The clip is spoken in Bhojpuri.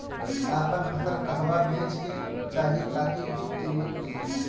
आपन फसल कहवा बेंचे के चाहीं ताकि उचित कीमत मिली?